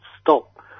stop